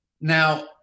Now